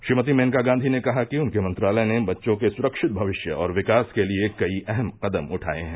श्रीमती मेनका गांधी ने कहा कि उनके मंत्रालय ने बच्चों के सुरक्षित भविष्य और विकास के लिए कई अहम कदम उठाये हैं